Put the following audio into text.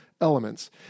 elements